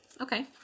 Okay